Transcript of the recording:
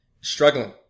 Struggling